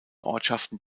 ortschaften